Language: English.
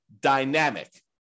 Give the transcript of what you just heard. dynamic